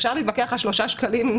אפשר להתווכח על שלושה שקלים,